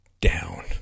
down